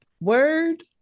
word